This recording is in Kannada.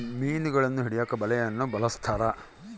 ಮೀನುಗಳನ್ನು ಹಿಡಿಯಕ ಬಲೆಯನ್ನು ಬಲಸ್ಥರ